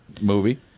movie